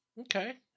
Okay